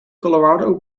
colorado